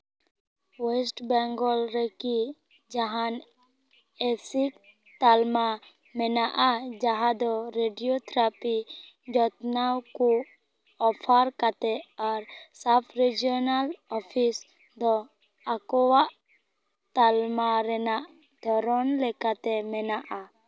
west Bengal ᱨᱮᱠᱤ ᱡᱟᱦᱟᱱ ᱮᱥᱤᱰ ᱛᱟᱞᱢᱟ ᱢᱮᱱᱟᱜᱼᱟ ᱡᱟᱸᱦᱟ ᱫᱚ ᱨᱮᱰᱤᱭᱳ ᱛᱷᱮᱨᱟᱯᱤ ᱡᱚᱛᱱᱟᱣ ᱠᱚ ᱚᱯᱷᱟᱨ ᱠᱟᱛᱮ ᱟᱨ ᱥᱟᱵ ᱨᱮᱡᱤᱣᱱᱟᱞ ᱚᱯᱷᱤᱥ ᱫᱚ ᱟᱠᱚᱣᱟᱜ ᱛᱟᱞᱢᱟ ᱨᱮᱱᱟᱜ ᱫᱷᱚᱨᱚᱱ ᱞᱮᱠᱟᱛᱮ ᱢᱮᱱᱟᱜᱼᱟ